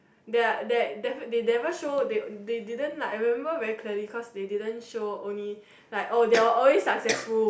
their that they never show they they didn't like I remember very clearly cause they didn't show only like oh they're always successful